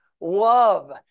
love